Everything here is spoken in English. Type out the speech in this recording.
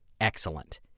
excellent